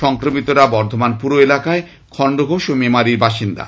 সংক্রমিতরা বর্ধমান পুর এলাকা খন্ডঘোষ ও মেমারির বাসিন্দা